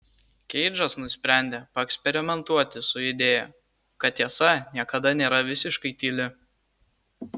keidžas nusprendė paeksperimentuoti su idėja kad tiesa niekada nėra visiškai tyli